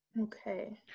Okay